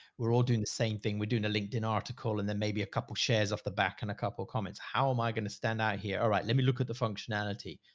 we're all doing the same thing. we're doing a linkedin article and then maybe a couple shares off the back and a couple of comments. how am i going to stand out here? all right. let me look at the functionality.